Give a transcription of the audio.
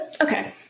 Okay